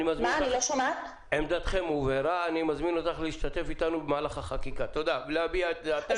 אני מזמין אותך להשתתף איתנו במהלך החקיקה ולהביע את דעתך.